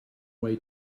way